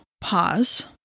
pause